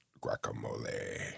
Guacamole